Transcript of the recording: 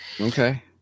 okay